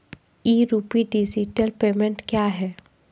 ई rupee digital payment क्या हैं?